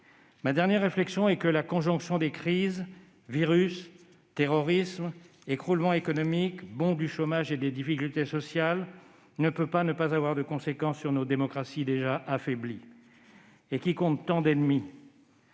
de tous les Français. La conjonction des crises- virus, terrorisme, écroulement économique, bond du chômage et des difficultés sociales -ne peut pas ne pas avoir de conséquences sur nos démocraties déjà affaiblies, qui comptent tant d'ennemis.